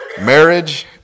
Marriage